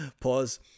Pause